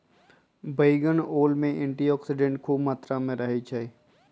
बइगनी ओल में एंटीऑक्सीडेंट्स ख़ुब मत्रा में रहै छइ